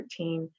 2013